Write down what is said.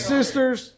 Sisters